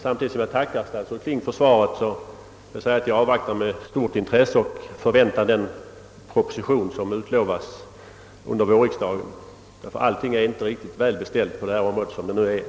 Samtidigt som jag tackar statsrådet Kling för svaret vill jag säga att jag med stort intresse avvaktar den proposition som har utlovats under vårriksdagen. Allt är nämligen inte väl beställt på detta område.